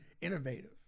innovative